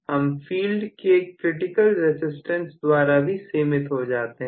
हम फील्ड के critical resistance द्वारा भी सीमित हो जाते हैं